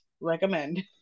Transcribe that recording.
recommend